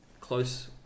close